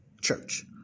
Church